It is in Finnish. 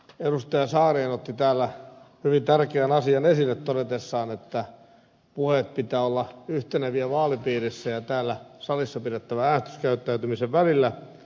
saarinen otti täällä hyvin tärkeän asian esille todetessaan että puheiden pitää olla yhteneviä vaalipiirin ja täällä salissa noudatettavan äänestyskäyttäytymisen välillä